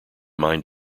mine